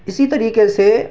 اسی طریقے سے